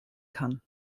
kann